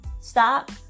Stop